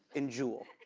and juul.